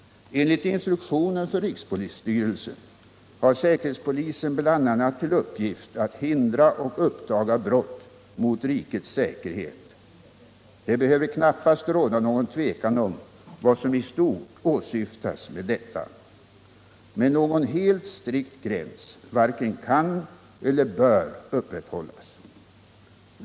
Enligt instruktionen för rikspolisstyrelsen har säkerhetspolisen bl.a. till uppgift att hindra och uppdaga brott mot rikets säkerhet. Det behöver knappast råda något tvivel om vad som i stort åsyftas med detta. Men någon helt strikt gräns varken kan eller bör upprätthållas.